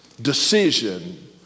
decision